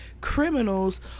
criminals